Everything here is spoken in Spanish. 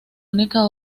única